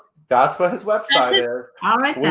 that's what his website um like yeah